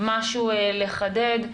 משהו לחדד.